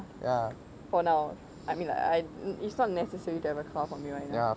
for now I mean like I it's not necessary to have a car for me right now